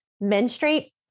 menstruate